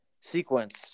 sequence